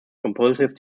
compulsive